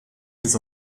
des